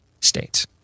states